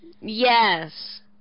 Yes